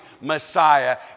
Messiah